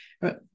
right